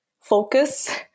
focus